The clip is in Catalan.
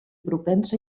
propens